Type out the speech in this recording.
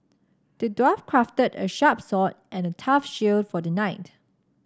the dwarf crafted a sharp sword and a tough shield for the knight